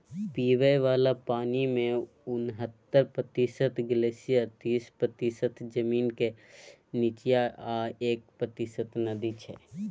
पीबय बला पानिमे उनहत्तर प्रतिशत ग्लेसियर तीस प्रतिशत जमीनक नीच्चाँ आ एक प्रतिशत नदी छै